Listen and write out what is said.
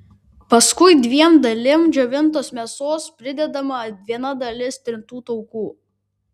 paskui dviem dalim džiovintos mėsos pridedama viena dalis trintų taukų